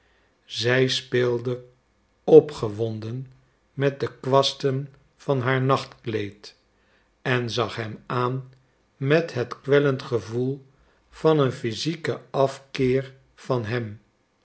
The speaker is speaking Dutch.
zij speelde opgewonden met de kwasten van haar nachtkleed en zag hem aan met het kwellend gevoel van een physieken afkeer van hem